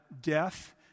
death